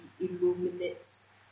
illuminates